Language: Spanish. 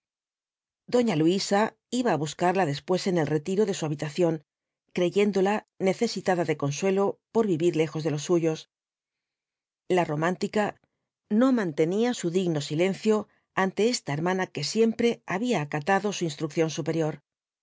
doña luisa iba á buscarla después en el retiro de su habitación creyéndola necesitada de consuelo por vivir lejos de los suyos la romántica no mantenía su digno silencio ante esta hermana que siempre había acatado su instrucción superior